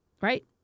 Right